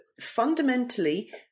fundamentally